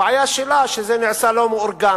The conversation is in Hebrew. הבעיה שלה היא שזה נעשה לא מאורגן.